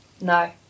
No